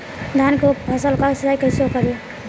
धान के फसल का सिंचाई कैसे करे?